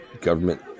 Government